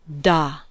DA